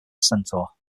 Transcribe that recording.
centaur